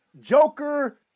Joker